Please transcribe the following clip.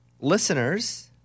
Listeners